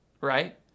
Right